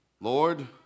Lord